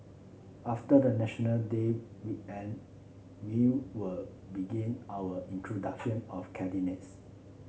after the National Day weekend we will begin our introduction of candidates